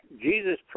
Jesus